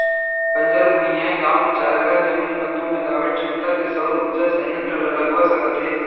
बंजर भुइंयाय गाँव के चारागाह जमीन म दू मेगावाट छमता के सउर उरजा संयत्र ल लगवा सकत हे